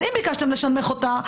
אז אם ביקשתם לשנמך אותה,